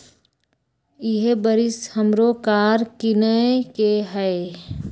इहे बरिस हमरो कार किनए के हइ